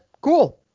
cool